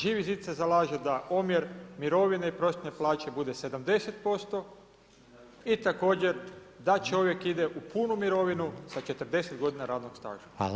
Živi zid se zalaže da omjer mirovine i prosječne plaće bude 70% i također da čovjek ide u punu mirovinu sa 40 g. radnog staža.